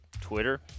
Twitter